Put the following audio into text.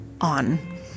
on